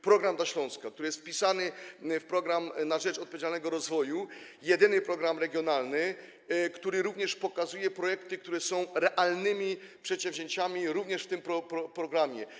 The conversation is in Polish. Program dla Śląska”, który jest wpisany w program na rzecz odpowiedzialnego rozwoju, jedyny program regionalny, który przedstawia projekty, które są realnymi przedsięwzięciami również w tym programie.